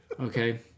Okay